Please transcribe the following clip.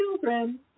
children